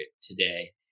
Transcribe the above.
today